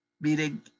Meaning